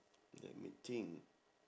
let me think